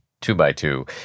two-by-two